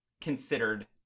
considered